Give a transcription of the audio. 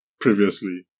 previously